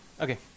Okay